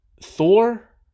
Thor